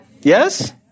Yes